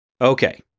Okay